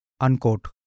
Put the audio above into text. Unquote